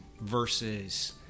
versus